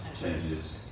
changes